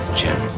jim